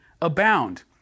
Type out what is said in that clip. abound